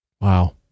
Wow